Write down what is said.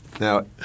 Now